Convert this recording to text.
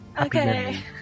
Okay